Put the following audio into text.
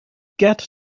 get